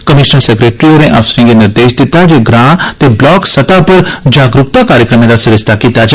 commissioner secretary होरें अफसरें गी निर्देश दित्ता जे ग्रां ते ब्लाक सतह पर जागरूकता कार्यक्रमें दा सरिस्ता कीता जा